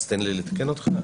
אז תן לי לתקן אותך.